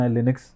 Linux